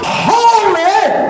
holy